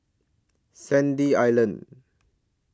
Sandy Island